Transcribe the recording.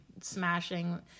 smashing